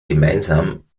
gemeinsam